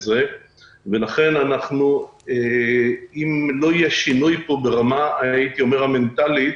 זה ולכן אם לא יהיה פה שינוי ברמה המנטלית